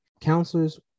counselors